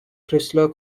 chrysler